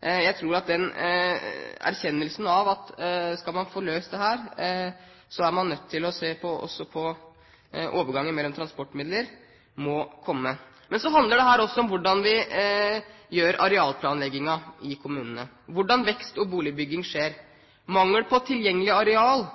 Jeg tror at man må erkjenne at skal man få løst dette, er man også nødt til å se på overganger mellom transportmidler. Men så handler dette også om hvordan arealplanleggingen er i kommunene, hvordan vekst og boligbygging skjer. Mangel på tilgjengelig areal